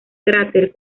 cráter